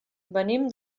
venim